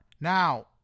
Now